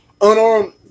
unarmed